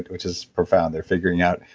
which is profound. they're figuring out,